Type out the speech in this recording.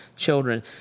children